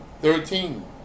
Thirteen